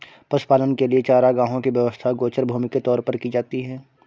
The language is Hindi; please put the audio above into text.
पशुपालन के लिए चारागाहों की व्यवस्था गोचर भूमि के तौर पर की जाती है